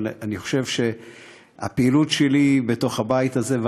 אבל אני חושב שהפעילות שלי היא בתוך הבית הזה,